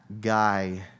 guy